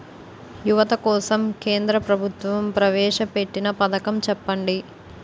యువత కోసం కేంద్ర ప్రభుత్వం ప్రవేశ పెట్టిన పథకం చెప్పండి?